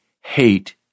hate